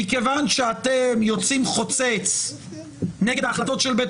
מכיוון שאתם יוצאים חוצץ נגד ההחלטות של בית